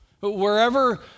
Wherever